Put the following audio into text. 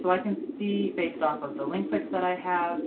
so i can see based off of the link clicks that i have.